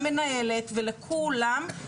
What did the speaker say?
למנהלת ולכולם,